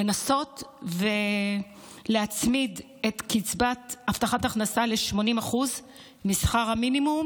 לנסות להצמיד את קצבת הבטחת הכנסה ל-80% משכר המינימום,